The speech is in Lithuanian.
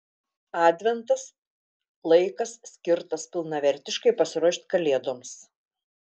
adventas laikas skirtas pilnavertiškai pasiruošti kalėdoms